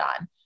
on